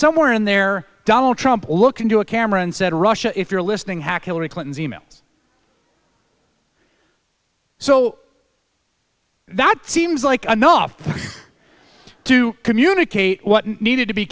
somewhere in there donald trump looked into a camera and said russia if you're listening hack hillary clinton's e mails so that seems like enough to communicate what needed to be